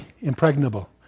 impregnable